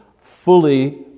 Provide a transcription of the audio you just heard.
fully